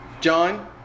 John